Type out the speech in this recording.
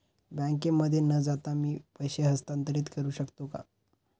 बँकेमध्ये न जाता मी पैसे हस्तांतरित करू शकतो का?